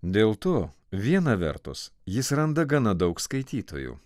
dėl to viena vertus jis randa gana daug skaitytojų